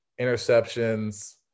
interceptions